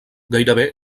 gairebé